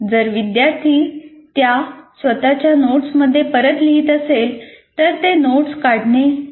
जर विद्यार्थी त्या त्या स्वतःच्या नोट्समध्ये परत लिहित असेल तर ते नोट्स काढणे नाही